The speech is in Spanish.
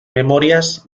memorias